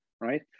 Right